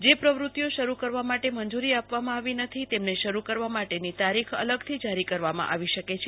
જે પ્રવૃતિઓ શરુ કરવા માટે મજુરી આપવામાં ઓવી નથી તૈમને શરુ કરવા માટેની તારીખ અલગથી જરી કરવામાં આવીજ્ઞકે છે